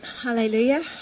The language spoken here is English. hallelujah